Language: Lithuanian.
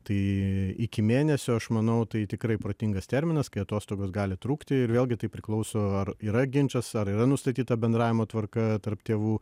tai iki mėnesio aš manau tai tikrai protingas terminas kai atostogos gali trukti ir vėlgi tai priklauso ar yra ginčas ar yra nustatyta bendravimo tvarka tarp tėvų